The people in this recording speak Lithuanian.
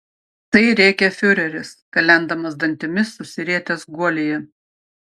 tai rėkė fiureris kalendamas dantimis susirietęs guolyje